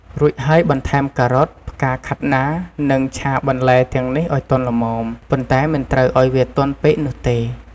រួចហើយបន្ថែមការ៉ុត ផ្កាខាត់ណា និងឆាបន្លែទាំងនេះឱ្យទន់ល្មម ប៉ុន្តែមិនត្រូវឱ្យវាទន់ពេកនោះទេ។